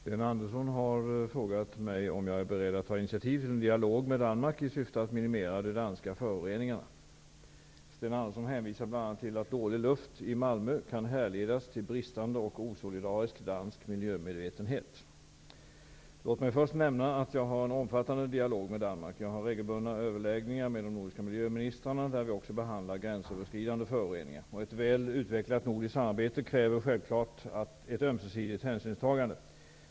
Herr talman! Sten Andersson i Malmö har frågat mig om jag är beredd att ta initiativ till en dialog med Danmark i syfte att minimera de danska föroreningarna. Sten Andersson hänvisar bl.a. till att dålig luft i Malmö kan härledas till bristande och osolidarisk dansk miljömedvetenhet. Låt mig först nämna att jag har en omfattande dialog med Danmark. Jag har regelbundna överläggningar med de nordiska miljöministrarna, där vi också behandlar gränsöverskridande föroreningar. Ett väl utvecklat nordiskt samarbete kräver självfallet ett ömsesidigt hänsynstagande.